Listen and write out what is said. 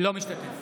אינו משתתף